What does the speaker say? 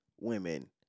women